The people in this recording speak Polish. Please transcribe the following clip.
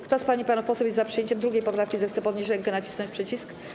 Kto z pań i panów posłów jest za przyjęciem 2. poprawki, zechce podnieść rękę i nacisnąć przycisk.